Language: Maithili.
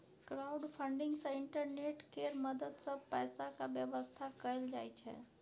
क्राउडफंडिंग सँ इंटरनेट केर मदद सँ पैसाक बेबस्था कएल जाइ छै